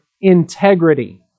integrity